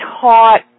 taught